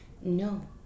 no